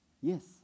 Yes